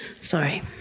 Sorry